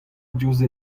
diouzh